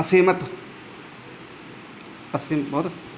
ਅਸਹਿਮਤ ਅਸੀਂ ਬਹੁਤ ਹਾਂ